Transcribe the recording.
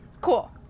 Cool